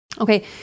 Okay